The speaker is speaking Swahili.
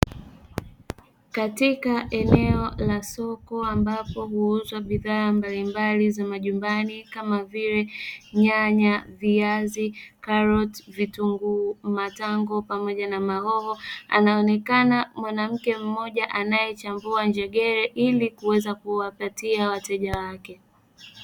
Katika eneo la soko ambapo huuzwa bidhaa mbalimbali za majumbani kama vile nyanya, viazi, karoti, vitunguu, matango pamoja na mahoho anaonekana mwanamke mmoja anayechambua njegere ili aweze kuwapatia wateja wake.